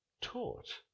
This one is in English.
taught